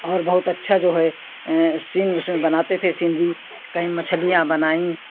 और बहुत अच्छा जो है सीन उसमें बनाते थे सीनरी कहीं मछलियां बनाई